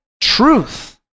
truth